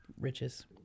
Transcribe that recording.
riches